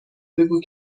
بگو